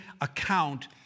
account